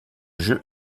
jeu